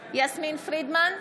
פרידמן,